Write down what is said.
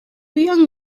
young